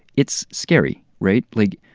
it's scary, right? like,